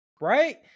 right